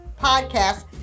podcast